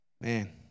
Man